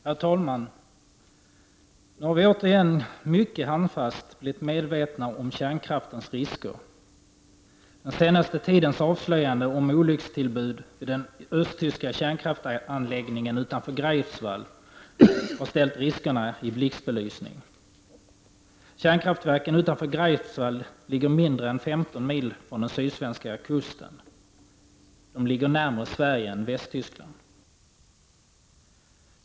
Herr talman! Nu har vi återigen mycket handfast blivit medvetna om kärnkraftens risker. Den senaste tidens avslöjanden om olyckstillbud vid den östtyska kärnkraftsanläggningen utanför Greifswald har ställt riskerna i blixtbelysning. Kärnkraftverken utanför Greifswald ligger mindre än 15 mil från den sydsvenska kusten. De ligger närmare Sverige än Västtyskland.